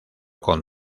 con